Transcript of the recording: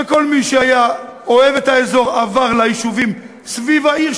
וכל מי שאוהב את האזור עבר ליישובים סביב העיר,